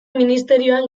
ministerioan